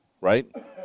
right